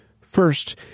First